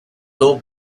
low